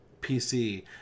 PC